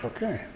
Okay